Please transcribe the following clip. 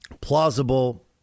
plausible